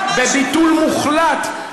בביטול מוחלט,